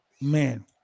Man